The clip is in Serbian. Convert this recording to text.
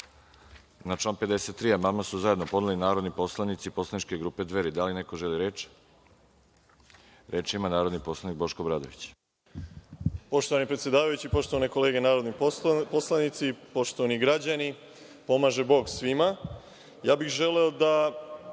član 53. amandman su zajedno podneli narodni poslanici poslaničke grupe Dveri. Da li neko želi reč? (Da.)Reč ima narodni poslanik Boško Obradović. **Boško Obradović** Poštovani predsedavajući, poštovane kolege narodni poslanici, poštovani građani, pomaže Bog svima. Ja bih želeo da